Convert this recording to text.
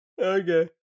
Okay